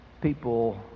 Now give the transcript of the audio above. people